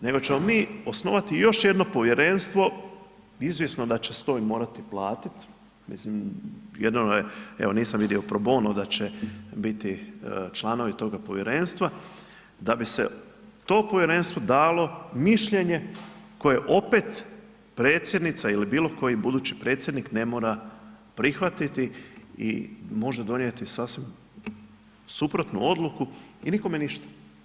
Nego ćemo mi osnovati još jedno povjerenstvo, izvjesno da će se to morati i platiti, mislim, jedino da, evo, nisam vidio pro bono da će biti članovi toga povjerenstva, da bi se to povjerenstvo dalo mišljenje koje opet predsjednica ili bilo koji budući predsjednik ne mora prihvatiti i može donijeti sasvim suprotnu odluku i nikome ništa.